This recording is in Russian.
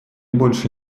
больше